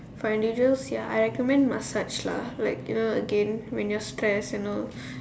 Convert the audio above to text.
for individuals ya I recommend massage lah like you know again when you are stress you know